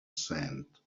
sand